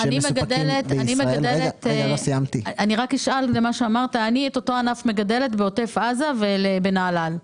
אני מגדלת את אותו ענף בעוטף עזה ובנהלל.